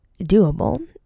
doable